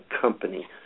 company